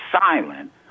silent